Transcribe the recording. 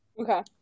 Okay